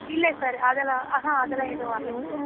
இல்லை சார் அதெல்லாம் ஆஹான் அதெல்லாம் எதுவும் வரலேங்க சார்